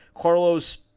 Carlos